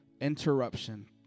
interruption